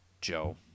Joe